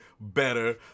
better